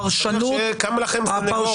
הפרשנות --- קם לכם סנגור.